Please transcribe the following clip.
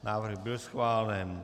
Návrh byl schválen.